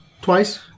twice